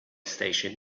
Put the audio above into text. station